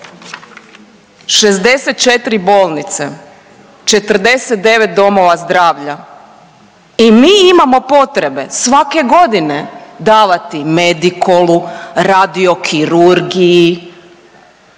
64 bolnice, 49 domova zdravlja i mi imamo potrebe svake godine davati Medikolu, Radiochirurgiji,